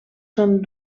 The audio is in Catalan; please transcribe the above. són